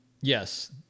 Yes